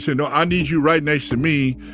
so no, i need you right next to me,